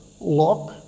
lock